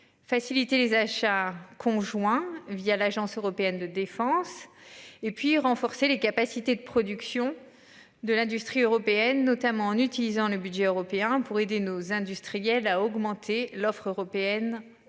Faciliter les achats. Conjoints via l'Agence européenne de défense et puis renforcer les capacités de production de l'industrie européenne, notamment en utilisant le budget européen pour aider nos industriels à augmenter l'offre européenne